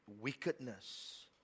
wickedness